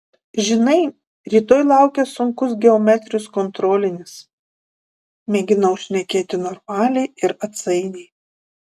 žinai rytoj laukia sunkus geometrijos kontrolinis mėginau šnekėti normaliai ir atsainiai